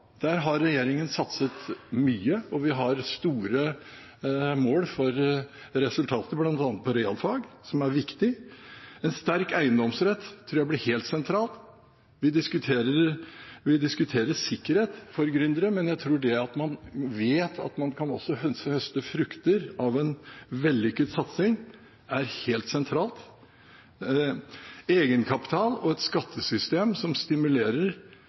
Der har regjeringen satset mye, og vi har store mål når det gjelder resultatet, bl.a. for realfag, som er viktig. En sterk eiendomsrett tror jeg blir helt sentralt. Vi diskuterer sikkerhet for gründere, men jeg tror det at man vet at man også kan høste frukter av en vellykket satsing, er helt sentralt. Egenkapital og et skattesystem som stimulerer